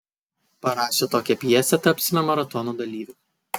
parašę tokią pjesę tapsime maratono dalyviu